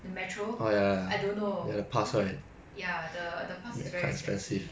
the metro I don't know ya the the pass is very expensive